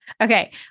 Okay